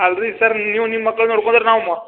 ಅಲ್ರಿ ಸರ್ ನೀವು ನಿಮ್ಮ ಮಕ್ಳನ್ನ ನೋಡ್ಕೊಂದ್ರ ನಾವು ಮೊ